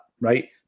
Right